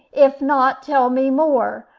if not, tell me more.